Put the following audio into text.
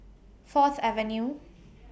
Fourth Avenue